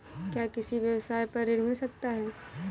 क्या किसी व्यवसाय पर ऋण मिल सकता है?